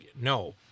no